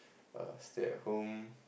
err stay at home